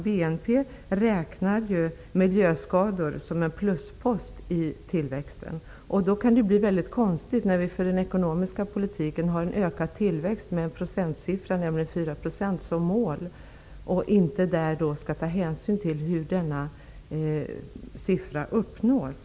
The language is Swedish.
BNP räknar ju miljöskador som en pluspost i tillväxten. Därför kan resultatet bli väldigt konstigt, exempelvis när vi har en ökad tillväxt med en procentsiffra -- nämligen 4 %-- som mål och inte skall ta hänsyn till hur denna tillväxt uppnås.